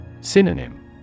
Synonym